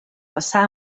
passar